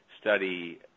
study